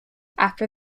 after